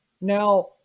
Now